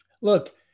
Look